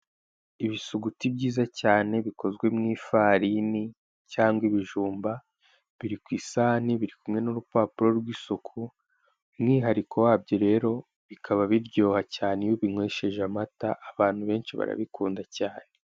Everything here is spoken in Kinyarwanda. Ibisuguti byiza cyane bikozwe mu ifarini cyangwa ibijumba biri ku isahani biri kumwe n'urupapuro rw'isuku, umwihariko wabyo rero bikaba biryoha cyane iyo bininywesheje amata abantu benshi barabikunda cyane.